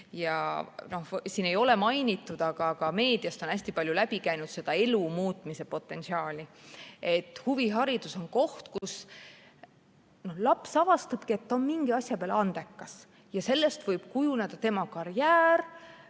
Ja siin ei ole küll mainitud, aga meediast on hästi palju läbi käinud huvihariduse potentsiaal elu muuta. Huviharidus on koht, kus laps avastabki, et on mingi asja peale andekas ja et sellest võib kujuneda tema karjäär